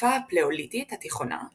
בתקופה הפלאוליתית התיכונה,